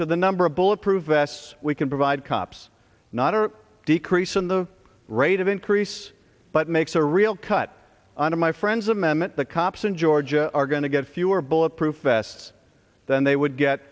to the number of bulletproof vests we can provide cops not a decrease in the rate of increase but makes a real cut on my friends amendment the cops in georgia are going to get fewer bulletproof vests than they would get